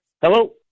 Hello